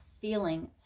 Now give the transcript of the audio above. feeling